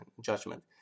judgment